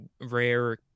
rare